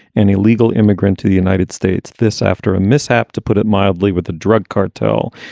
an illegal immigrant to the united states. this after a mishap. to put it mildly, with the drug cartel,